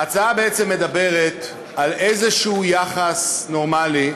ההצעה בעצם מדברת על איזה יחס נורמלי,